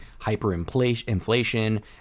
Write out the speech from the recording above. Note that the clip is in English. hyperinflation